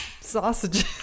sausages